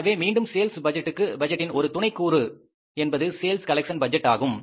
எனவே மீண்டும் சேல்ஸ் பட்ஜெட்டின் ஒரு துணை கூறு என்பது சேல்ஸ் கலெக்சன் பட்ஜெட் ஆகும்